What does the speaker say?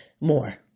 more